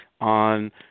on